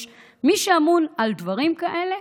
יש מי שאמון על דברים כאלה,